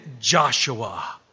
Joshua